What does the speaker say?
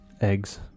Eggs